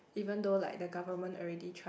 even though like the government already try